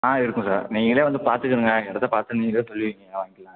ஆ இருக்கும் சார் நீங்களே வந்து பார்த்துக்குங்க இடத்த பார்த்து நீங்களே சொல்லுவீங்க வாங்கிக்கலாம்னு